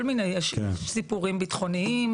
יש כל מיני, יש סיפורים ביטחוניים,